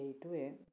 এইটোৱে